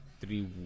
Three